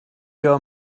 your